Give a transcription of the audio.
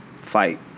fight